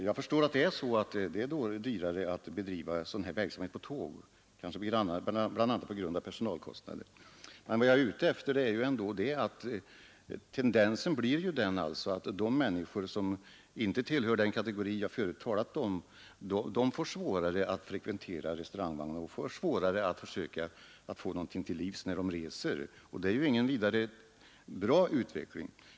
Herr talman! Jag förstår att det är dyrare att bedriva sådan här verksamhet på tåg, bl.a. på grund av personalkostnaderna. Men vad jag är ute efter är ändå att tendensen är den att det blir svårare för de människor, som inte tillhör den kategori jag förut talat om, att frekventera restaurangvagnen och försöka få någonting till livs när de reser. Det är ju ingen vidare bra utveckling.